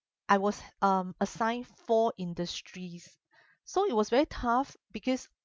I was um assigned four industries so it was very tough because